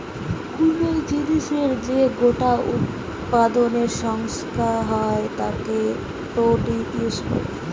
কুনো জিনিসের যে গোটা উৎপাদনের সংখ্যা হয় তাকে প্রডিউস বলে